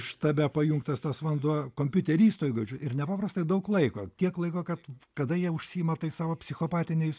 štabe pajungtas tas vanduo kompiuteristo įgūdžių ir nepaprastai daug laiko tiek laiko kad kada jie užsiima tais savo psichopatiniais